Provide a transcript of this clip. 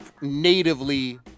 natively